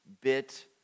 bit